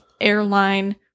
airline